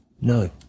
No